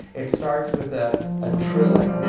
it starts with a ah trill like